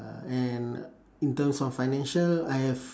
uh and in terms of financial I have